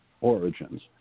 origins